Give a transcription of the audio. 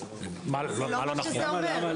זה לא שזה אומר.